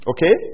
Okay